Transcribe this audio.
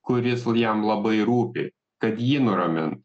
kuris l jam labai rūpi kad jį nuramin